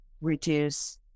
reduce